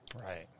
Right